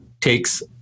takes